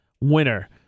winner